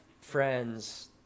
friends